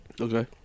okay